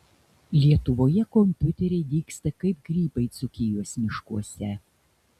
lietuvoje kompiuteriai dygsta kaip grybai dzūkijos miškuose